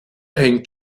hängt